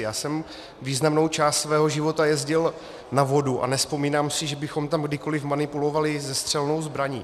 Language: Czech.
Já jsem významnou část svého života jezdil na vodu a nevzpomínám si, že bychom tam kdykoliv manipulovali se střelnou zbraní.